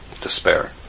despair